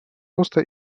роста